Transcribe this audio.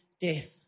death